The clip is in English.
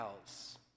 else